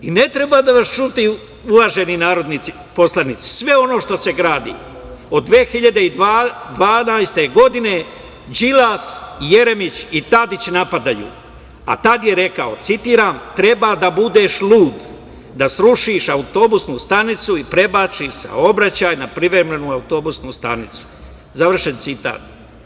Ne treba da vas čudi uvaženi narodni poslanici, sve ono što se gradi od 2012. godine Đilas, Jeremić i Tadić napadaju, a tad je rekao citiram – treba da budeš lud da srušiš autobusku stanicu i prebaciš saobraćaj na privremenu autobusku stanicu, završen citat.